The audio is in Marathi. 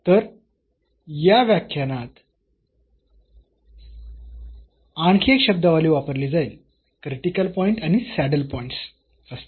तर या व्याख्यानात आणखी एक शब्दावली वापरली जाईल क्रिटिकल पॉईंट आणि सॅडल पॉईंट्स असतील